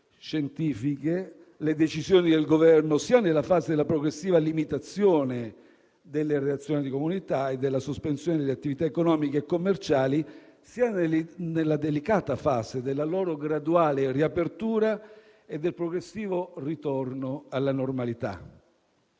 scientifiche le decisioni del Governo, sia nella fase della progressiva limitazione delle relazioni di comunità e della sospensione delle attività economiche e commerciali, sia nella delicata fase della loro graduale riapertura e del progressivo ritorno alla normalità.